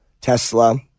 Tesla